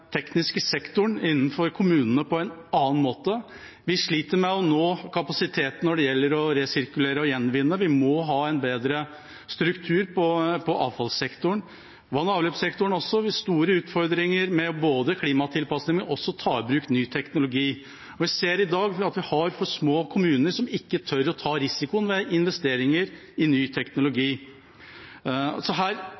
tekniske sektoren i kommunene på en annen måte. Vi sliter med kapasiteten når det gjelder å resirkulere og gjenvinne – vi må ha en bedre struktur i avfallssektoren. Også vann- og avløpssektoren har store utfordringer med både klimatilpasning og å ta i bruk ny teknologi. Vi ser i dag at vi har for små kommuner, som ikke tør å ta risikoen ved investeringer i ny teknologi.